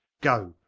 goe,